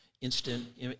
instant